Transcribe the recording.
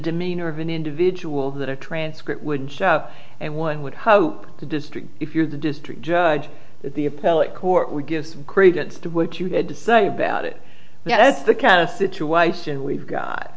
demeanor of an individual that a transcript wouldn't show up and one would hope the district if you're the district judge that the appellate court would give some credence to what you had to say about it and that's the kind of situation we've got